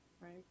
right